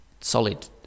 solid